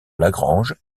lagrange